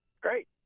Great